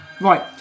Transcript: Right